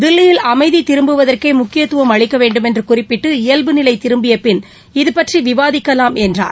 தில்லியில் அமைதி திரும்புவதற்கே முக்கியதுவம் அளிக்க வேண்டும என்று குறிப்பிட்டு இயல்பு நிலை திரும்பி பின் இது பற்றி விவாதிக்கலாம் என்றார்